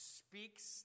speaks